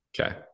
Okay